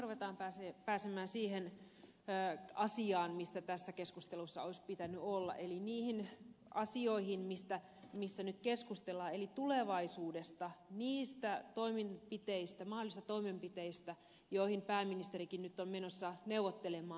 nyt rupeamme pääsemään siihen asiaan mitä tässä keskustelussa olisi pitänyt olla eli niihin asioihin mistä nyt keskustellaan eli tulevaisuudesta niistä mahdollisista toimenpiteistä joista pääministerikin on nyt menossa neuvottelemaan